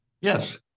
Yes